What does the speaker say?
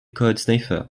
codesniffer